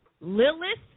lilith